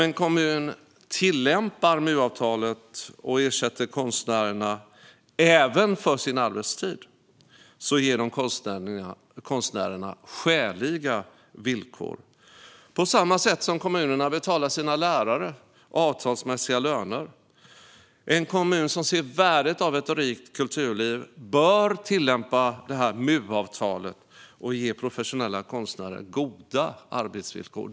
En kommun som tillämpar MU-avtalet och ersätter konstnärerna även för deras arbetstid ger dem skäliga villkor, på samma sätt som kommunerna betalar sina lärare avtalsmässiga löner. En kommun som ser värdet av ett rikt kulturliv bör tillämpa MU-avtalet och ge professionella konstnärer goda arbetsvillkor.